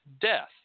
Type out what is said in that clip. death